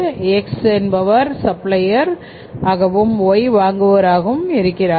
X என்பவர் supplier ஆகவும் Y வாங்குபவராகவும் இருக்கிறார்கள்